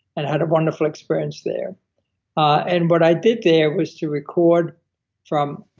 and had a wonderful experience there and what i did there was to record from